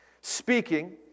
speaking